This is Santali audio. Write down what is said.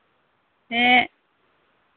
ᱦᱮᱸ